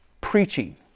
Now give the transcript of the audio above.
preaching